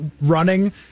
running